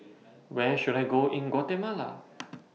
Where should I Go in Guatemala